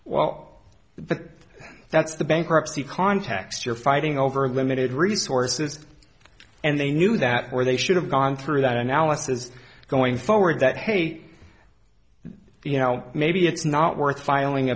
the that's the bankruptcy context you're fighting over limited resources and they knew that where they should have gone through that analysis is going forward that hate you know maybe it's not worth filing